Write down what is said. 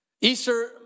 Easter